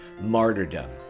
martyrdom